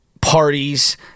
parties